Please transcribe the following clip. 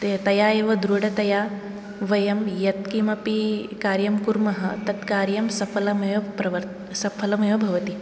तया एव दृढतया वयं यत्किमपि कार्यं कुर्मः तत् कार्यं सफलम् एव सफलम् एव भवति